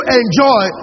enjoy